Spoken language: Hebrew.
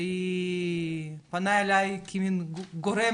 היא פנתה אליי כמין גורם